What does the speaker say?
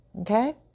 Okay